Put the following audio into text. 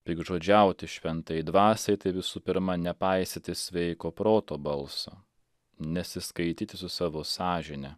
piktžodžiauti šventajai dvasiai tai visų pirma nepaisyti sveiko proto balso nesiskaityti su savo sąžine